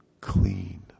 clean